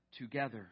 together